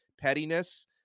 pettiness